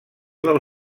del